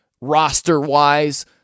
roster-wise